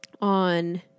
on